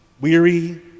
weary